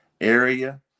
area